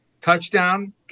touchdown